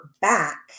back